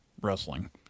wrestling